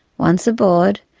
once aboard,